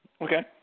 Okay